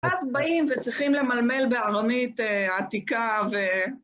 אז באים וצריכים למלמל בארמית עתיקה ו...